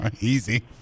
Easy